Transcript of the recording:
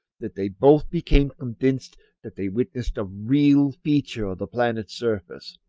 that they both became convinced that they witnessed a real feature of the planet's surface.